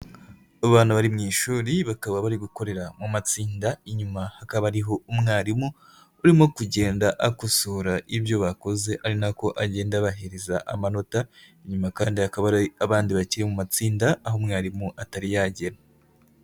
Abantu bari mu ishuri bakaba bari gukorera mu matsinda inyuma hakaba hariho umwarimu, urimo kugenda akosora ibyo bakoze ari na ko agenda abahereza amanota, inyuma kandi hakaba hari abandi bakiri mu matsinda aho mwarimu atari yagera.